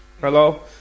Hello